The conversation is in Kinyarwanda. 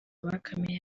bakamiye